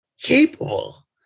capable